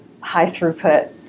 high-throughput